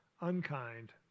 unkind